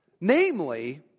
Namely